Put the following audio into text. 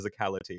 physicality